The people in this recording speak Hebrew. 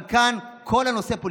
אבל כאן כל הנושא הוא פוליטיקה.